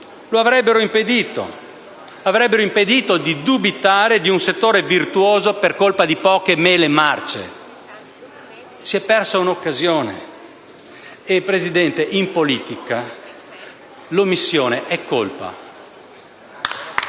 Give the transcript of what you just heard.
avrebbero impedito di dubitare di un settore virtuoso per colpa di poche mele marce. Si è persa un'occasione e, signora Presidente, in politica l'omissione è colpa.